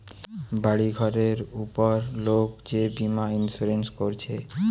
বাড়ি ঘরের উপর লোক যে বীমা ইন্সুরেন্স কোরছে